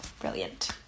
Brilliant